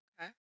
Okay